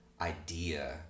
idea